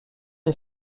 les